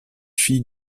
fille